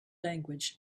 language